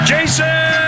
Jason